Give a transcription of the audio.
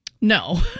No